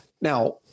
Now